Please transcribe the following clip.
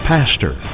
Pastor